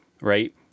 right